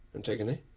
antigone.